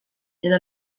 edo